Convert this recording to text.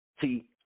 see